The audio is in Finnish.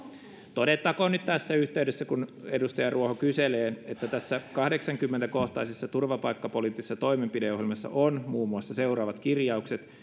todettakoon nyt tässä yhteydessä kun edustaja ruoho kyselee että tässä kahdeksankymmentä kohtaisessa turvapaikkapoliittisessa toimenpideohjelmassa on muun muassa seuraavat kirjaukset